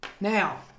Now